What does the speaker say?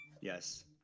Yes